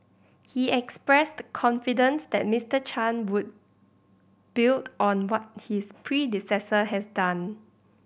he expressed confidence that Mister Chan would build on what his predecessor has done